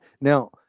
now